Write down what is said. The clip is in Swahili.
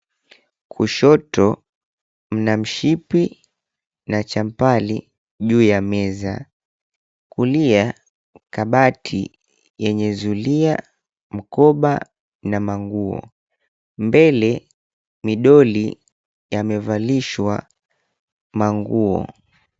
Kushoto mna mshipi na champali juu ya meza. Kulia, kabati yenye zulia, mkoba na manguo, mbele midoli yamevalishwa manguo.